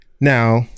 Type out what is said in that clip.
Now